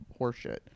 horseshit